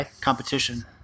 competition